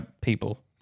People